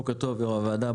בוקר טוב יו"ר הוועדה,